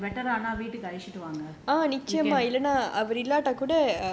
ஆனா நீங்க அவரு கொஞ்சம் ஆனா வீட்டுக்கு அழச்சுட்டு வாங்க:aana neenga avaru konjam aana veetukku alachutu vaanga